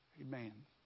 Amen